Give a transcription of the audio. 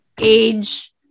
age